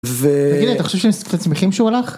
ו... וגילי אתה חושב שהם קצת שמחים שהוא הלך?